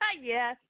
Yes